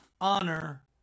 Honor